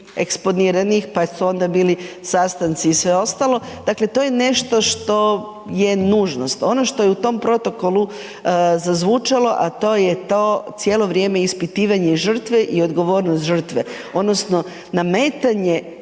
pa su onda bili sastanci i sve ostalo, dakle to je nešto što je nužnost. Ono što je u tom protokolu zazvučalo a to je to, cijelo vrijeme ispitivanje žrtve i odgovornost žetve odnosno nametanje